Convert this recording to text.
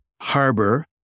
harbor